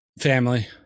Family